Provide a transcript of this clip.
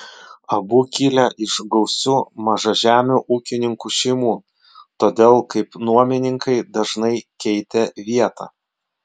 abu kilę iš gausių mažažemių ūkininkų šeimų todėl kaip nuomininkai dažnai keitė vietą